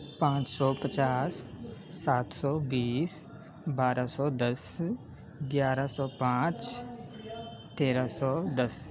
پانچ سو پچاس سات سو بیس بارہ سو دس گیارہ سو پانچ تیرہ سو دس